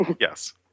Yes